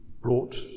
brought